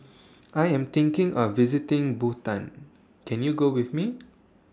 I Am thinking of visiting Bhutan Can YOU Go with Me